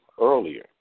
earlier